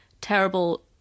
terrible